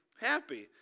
happy